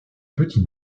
petit